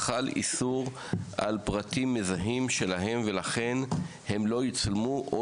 חל איסור על פרטים מזהים שלהם ולכן הם לא יצולמו או